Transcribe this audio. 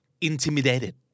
intimidated